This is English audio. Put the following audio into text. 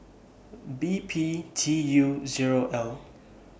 B P T U Zero L